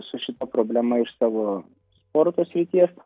su šita problema iš savo sporto srities